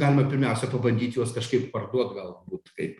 galima pirmiausia pabandyt juos kažkaip parduot galbūt taip